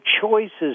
choices